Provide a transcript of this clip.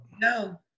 No